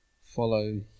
Follow